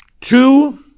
two